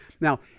now